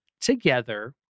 together